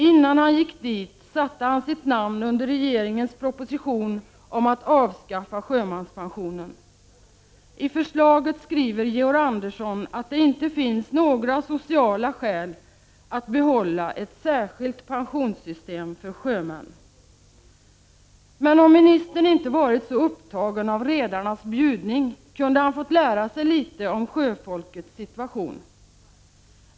Innan han gick dit satte han sitt namn under regeringens proposition om att avskaffa sjömanspensionen. I förslaget skriver Georg Andersson att det inte finns några sociala skäl att behålla ett särskilt pensionssystem för sjömän. Om ministern inte hade varit så upptagen av redarnas bjudning kunde han ha fått lära sig litet om sjöfolkets situation.